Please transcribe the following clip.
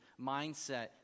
mindset